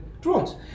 drones